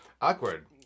Awkward